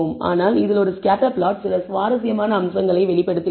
ஆனால் இதில் ஒரு ஸ்கேட்டர் பிளாட் சில சுவாரஸ்யமான அம்சங்களை வெளிப்படுத்துகிறது